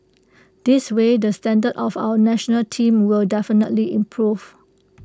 this way the standard of our National Team will definitely improve